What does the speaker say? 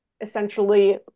essentially